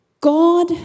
God